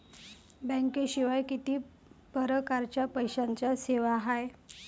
बँकेशिवाय किती परकारच्या पैशांच्या सेवा हाय?